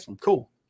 cool